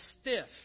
stiff